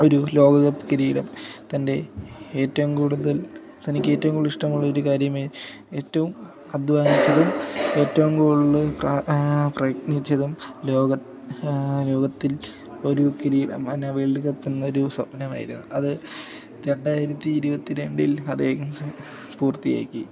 ഒരു ലോകകപ്പ് കിരീടം തൻ്റെ ഏറ്റവും കൂടുതൽ തനിക്ക് ഏറ്റവും കൂടുതൽ ഇഷ്ടമുള്ളൊരു കാര്യമായി ഏറ്റവും അധ്വാനിച്ചതും ഏറ്റവും കൂടുതൽ പ്രയത്നിച്ചതും ലോക ലോകത്തിൽ ഒരു കിരീടം വേൾഡ് കപ്പ് എന്നൊരു സ്വപ്നമായിരുന്നു അത് രണ്ടായിരത്തി ഇരുപത്തി രണ്ടിൽ അദ്ദേഹം പൂർത്തിയാക്കി